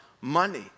money